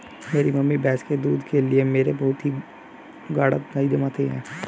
मेरी मम्मी भैंस के दूध से मेरे लिए बहुत ही गाड़ा दही जमाती है